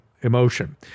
emotion